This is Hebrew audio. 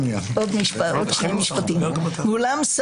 ואולם,